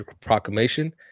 proclamation